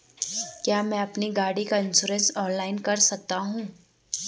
क्या मैं अपनी गाड़ी का इन्श्योरेंस ऑनलाइन कर सकता हूँ?